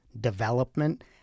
development